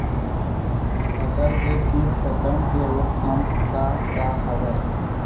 फसल के कीट पतंग के रोकथाम का का हवय?